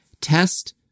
Test